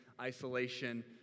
isolation